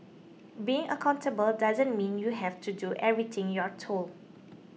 being accountable doesn't mean you have to do everything you're told